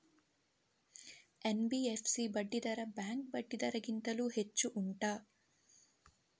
NBFC ಬಡ್ಡಿ ದರ bank ಬಡ್ಡಿ ದರ ಗಿಂತ ಹೆಚ್ಚು ಉಂಟಾ